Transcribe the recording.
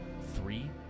three